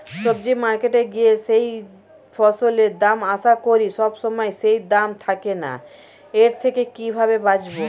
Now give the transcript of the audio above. সবজি মার্কেটে গিয়ে যেই ফসলের দাম আশা করি সবসময় সেই দাম থাকে না এর থেকে কিভাবে বাঁচাবো?